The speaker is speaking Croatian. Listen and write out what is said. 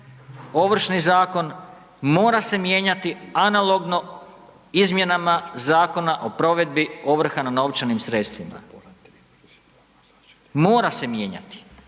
Ovršni zakon mora se mijenjati analogno izmjena Zakona o provedbi ovrha na novčanim sredstvima mora se mijenjati,